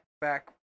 back